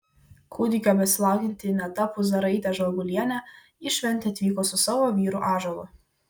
kūdikio besilaukianti ineta puzaraitė žvagulienė į šventę atvyko su savo vyru ąžuolu